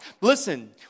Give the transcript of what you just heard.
listen